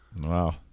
Wow